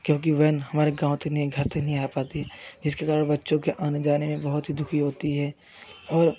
क्योंकि व्हेन हमारे गाँव तक नहीं घर तक नहीं आ पाती है इसके द्वारा बच्चों के आने जाने में बहुत ही दुखी होती है और